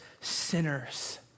sinners